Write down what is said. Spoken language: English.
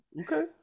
Okay